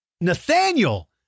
Nathaniel